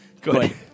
Good